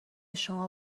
شما